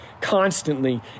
constantly